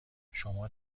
شما